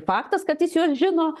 faktas kad jis juos žino